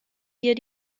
dir